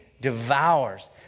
devours